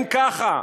אם ככה,